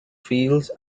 fields